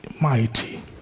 mighty